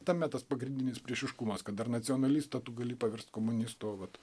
tame tas pagrindinis priešiškumas kad dar nacionalistą tu gali paverst komunistu o vat